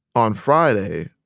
on friday,